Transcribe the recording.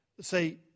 say